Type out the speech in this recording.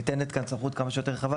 ניתנת כאן סמכות כמה שיותר רחבה,